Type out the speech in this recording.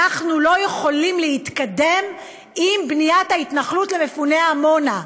אנחנו לא יכולים להתקדם עם בניית ההתנחלות למפוני עמונה.